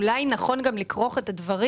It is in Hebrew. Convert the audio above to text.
אולי נכון גם לכרוך את הדברים.